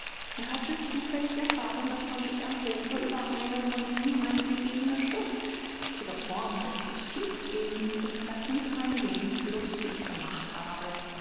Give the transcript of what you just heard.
er hatte zufällig erfahren daß man sich am hofe über eine von ihm eingegebene schrift die reform des justizwesens betreffend ein wenig lustig gemacht habe